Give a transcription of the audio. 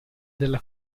della